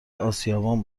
اسیابان